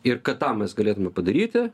ir kad tą mes galėtume padaryti